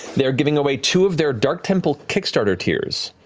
they're giving away two of their dark temple kickstarter tiers.